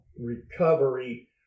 recovery